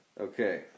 Okay